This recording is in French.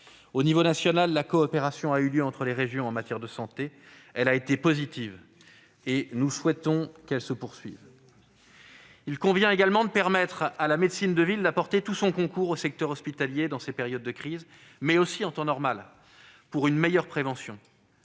l'échelon national, la coopération qui a eu lieu entre les régions en matière de santé a été positive ; nous souhaitons qu'elle se poursuive. Il convient également de permettre à la médecine de ville d'apporter tout son concours au secteur hospitalier dans ces périodes de crise, mais aussi en temps normal, pour une meilleure prévention.